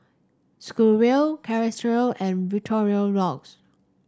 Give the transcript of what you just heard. Schweppes Chateraise and Victorinox